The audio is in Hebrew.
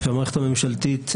המערכת הממשלתית,